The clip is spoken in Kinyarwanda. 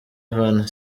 ivan